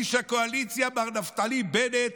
איש הקואליציה מר נפתלי בנט,